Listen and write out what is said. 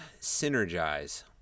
synergize